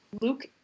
Luke